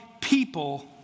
people